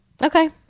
Okay